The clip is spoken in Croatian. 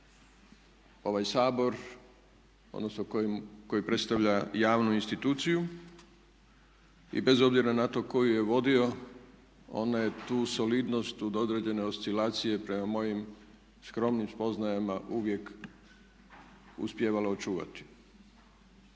odnosno koji predstavlja javnu instituciju i bez obzira na to tko ju je vodio ona je tu solidnost uz određene oscilacije prema mojim skromnim spoznajama uvijek uspijevala očuvati.